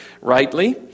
rightly